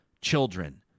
children